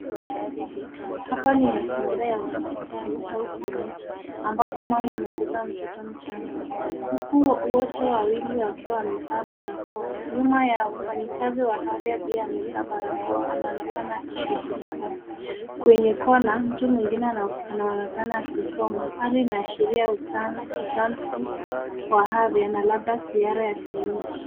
Hapa ni mazingira ya hosipitali au kliniki ambapo mama amebeba mtoto mchanga, huku wote wawili wakiwa wamevaa barakoa, nyuma yao mfanyikazi wa afya pia amevaa barakoa anaonekana akishughulika, kwenye kona mtu mwingine anaonekana akisoma hali inaashiria utanzi wa afya na labda ziara ya kliniki.